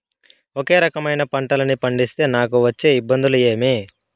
ఒకే రకమైన పంటలని పండిస్తే నాకు వచ్చే ఇబ్బందులు ఏమి?